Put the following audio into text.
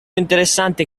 interessante